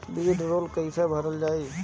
वीडरौल कैसे भरल जाइ?